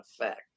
effect